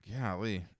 Golly